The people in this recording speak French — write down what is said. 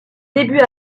début